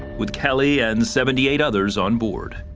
with kelly and seventy eight others on board.